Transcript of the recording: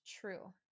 true